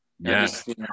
Yes